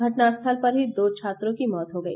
घटनास्थल पर ही दो छात्रों की मौत हो गई